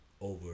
over